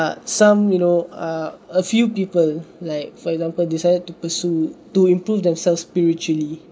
but some you know uh a few people like for example decided to pursue to improve themselves spiritually